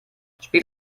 spiel